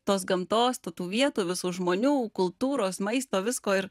tos gamtos tų tų vietų visų žmonių kultūros maisto visko ir